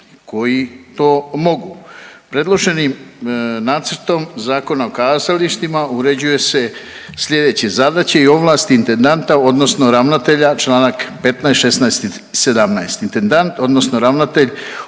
koji to mogu. Predloženim nacrtom Zakona o kazalištima uređuje se slijedeće zadaće i ovlasti intendanta odnosno ravnatelja čl. 15., 16. i 17.. Intendant odnosno ravnatelj